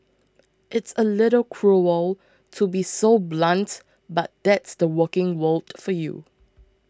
it's a little cruel to be so blunt but that's the working world for you